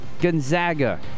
Gonzaga